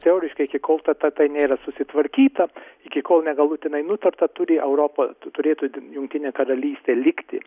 teoriškai iki kol ta tai nėra susitvarkyta iki kol negalutinai nutarta turi europ t tu turėtų jungtinė karalystė likti